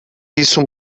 isso